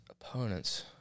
opponents